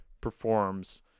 performs